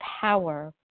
power